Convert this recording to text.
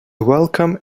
welcome